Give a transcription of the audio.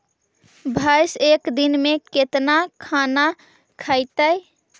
भैंस एक दिन में केतना खाना खैतई?